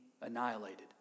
annihilated